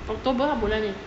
october lah bulan ni